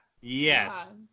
Yes